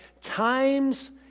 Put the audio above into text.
times